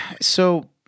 So-